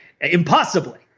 Impossibly